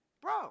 bro